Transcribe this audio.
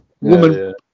woman